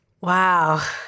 Wow